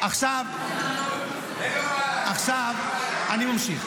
עכשיו אני ממשיך.